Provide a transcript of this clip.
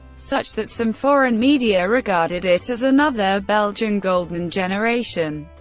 such that some foreign media regarded it as another belgian golden generation.